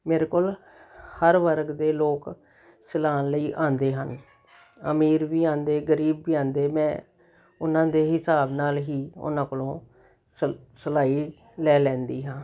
ਮੇਰੇ ਕੋਲ ਹਰ ਵਰਗ ਦੇ ਲੋਕ ਸਿਲਾਉਣ ਲਈ ਆਉਂਦੇ ਹਨ ਅਮੀਰ ਵੀ ਆਉਂਦੇ ਗਰੀਬ ਵੀ ਆਉਂਦੇ ਮੈਂ ਉਹਨਾਂ ਦੇ ਹਿਸਾਬ ਨਾਲ ਹੀ ਉਹਨਾਂ ਕੋਲੋਂ ਸਲ ਸਿਲਾਈ ਲੈ ਲੈਂਦੀ ਹਾਂ